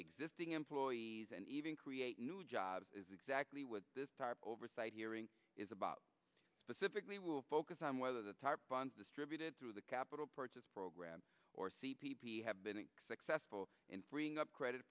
existing employees and even create new jobs is exactly what this tarp oversight hearing is about specifically will focus on whether the tarp funds distributed through the capital purchase program or c p p have been successful in freeing up credit